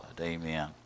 Amen